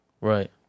Right